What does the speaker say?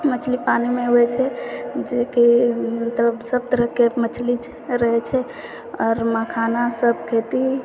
मछली पानीमे होइ छै जेकि मतलब सब तरहके मछली रहै छै आओर मखानासब खेती